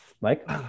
mike